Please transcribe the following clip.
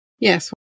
Yes